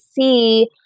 see